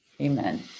Amen